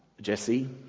Jesse